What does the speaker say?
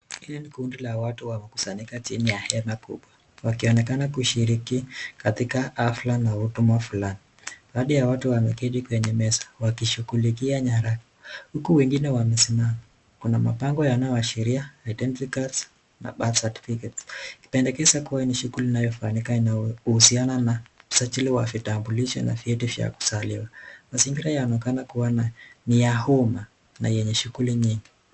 Hili ni kundi la watu wamekusanyika chini ya hema kubwa, wakionekana kushiriki katika hafla na huduma fulani. Baadhi ya watu wameketi kwenye meza wakishughulikia nyara huku wengine wamesimama. Kuna mabango yanayoashiria [identity cards] na [birth certificates], ikipendekeza kuwa hii ni shughuli inayofanyika inayohusiana na usajili wa vitambulisho na vyeti vya kuzaliwa. Mazingira yanaonekana kuwa ni ya umma na yenye shughuli nyingi.